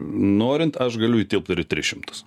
norint aš galiu įtilpt ir tris šimtus